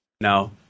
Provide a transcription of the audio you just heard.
no